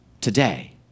today